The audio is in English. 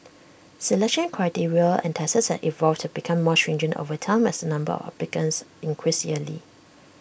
selection criteria and tests have evolved to become more stringent over time as the number of applicants increase yearly